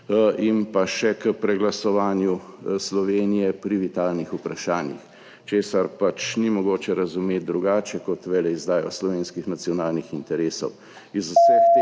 in še k preglasovanju Slovenije pri vitalnih vprašanjih, česar pač ni mogoče razumeti drugače kot veleizdajo slovenskih nacionalnih interesov.